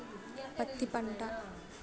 పత్తి పంట